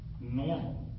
normal